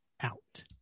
out